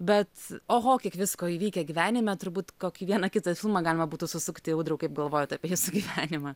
bet oho kiek visko įvykę gyvenime turbūt kokį vieną kitą filmą galima būtų susukti audriau kaip galvojat apie jūsų gyvenimą